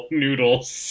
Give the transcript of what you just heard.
noodles